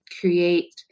create